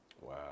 wow